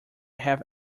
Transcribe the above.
have